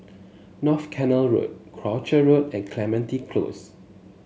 North Canal Road Croucher Road and Clementi Close